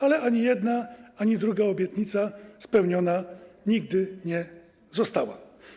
Ale ani jedna, ani druga obietnica spełniona nigdy nie została.